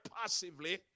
passively